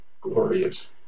glorious